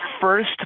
first